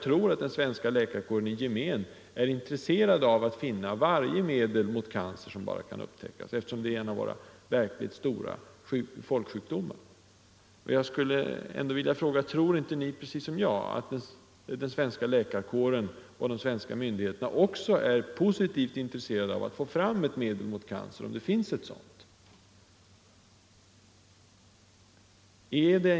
rätten att att den svenska läkarkåren i gemen är intresserad av att finna varje medel — använda vissa s.k. mot cancer som kan upptäckas, eftersom cancer är en av våra största — naturläkemedel, folksjukdomar. Tror inte ni precis som jag, att den svenska läkarkåren — mm.m. och de svenska myndigheterna är positivt intresserade av att få fram ett medel mot cancer — om det finns ett sådant?